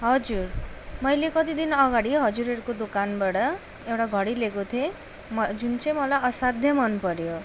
हजुर मैले कति दिन अगाडि हजुरहरूको दोकानबाट एउटा घडी लिएको थिएँ म जुन चाहिँ मलाई असाध्यै मनपऱ्यो